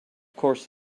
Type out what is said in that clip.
course